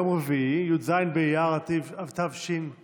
יום רביעי י"ז באייר התשפ"ב,